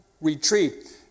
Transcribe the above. retreat